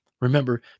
remember